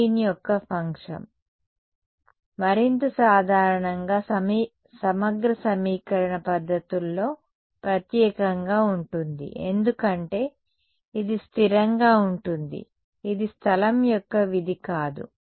green యొక్క function మరింత సాధారణంగా సమగ్ర సమీకరణ పద్ధతుల్లో ప్రత్యేకంగా ఉంటుంది ఎందుకంటే ఇది స్థిరంగా ఉంటుంది ఇది స్థలం యొక్క విధి కాదు